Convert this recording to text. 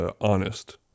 honest